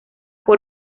por